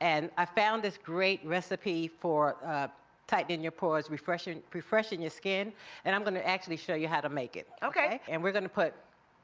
and i found this great recipe for tightening your pores, refreshing refreshing your skin and i'm going to actually show you how to make it. okay. and we're going to put